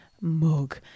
mug